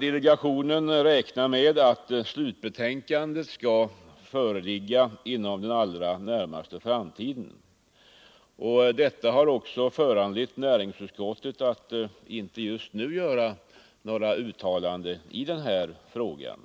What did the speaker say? Delegationen räknar med att slutbetänkandet skall föreligga inom den allra närmaste framtiden. Detta har också föranlett näringsutskottet att inte just nu göra några uttalanden i denna fråga.